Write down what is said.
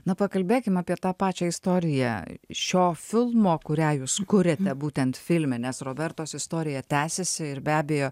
na pakalbėkim apie tą pačią istoriją šio filmo kurią jūs kuriate būtent filme nes robertos istorija tęsiasi ir be abejo